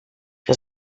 que